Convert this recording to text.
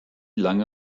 lange